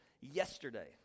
yesterday